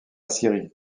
syrie